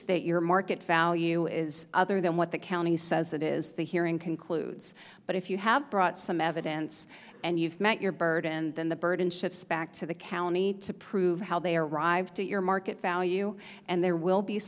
that your market value is other than what the county says that is the hearing concludes but if you have brought some evidence and you've met your burden then the burden shifts back to the county to prove how they arrived at your market value and there will be